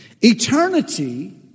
Eternity